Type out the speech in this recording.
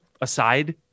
aside